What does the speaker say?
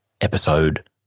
Episode